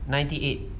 ninety eight